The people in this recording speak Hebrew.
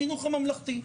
החינוך הממלכתי.